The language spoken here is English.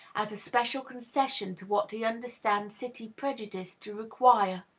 as a special concession to what he understands city prejudice to require.